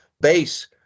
base